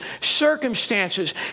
circumstances